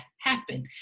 happen